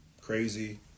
crazy